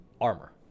armor